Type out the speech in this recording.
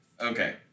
Okay